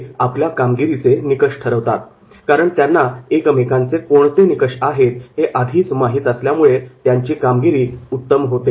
ते आपल्या कामगिरीचे निकष ठरवतात कारण त्यांना एकमेकांचे कोणते निकष आहेत हे आधीच माहीत असल्यामुळे त्यांची कामगिरी उत्तम होते